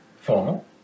Formal